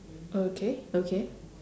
okay okay